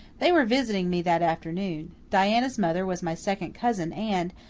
they were visiting me that afternoon. diana's mother was my second cousin, and,